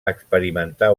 experimentar